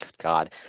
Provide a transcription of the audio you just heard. God